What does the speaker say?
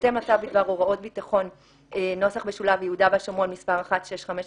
בהתאם לצו בדבר הוראות ביטחון (יהודה והשומרון) (מס' 1651),